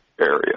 area